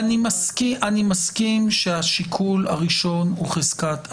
אני מסכים שהשיקול הראשון הוא חזקת החפות,